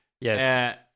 Yes